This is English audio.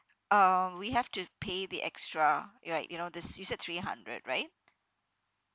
uh we have to pay the extra you like you know this you said three hundred right